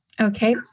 Okay